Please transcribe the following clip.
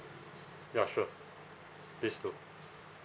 ya sure please do